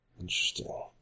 Interesting